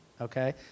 okay